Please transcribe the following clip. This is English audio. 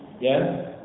Yes